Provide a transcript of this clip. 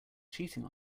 cheating